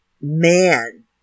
man